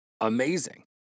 amazing